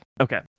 Okay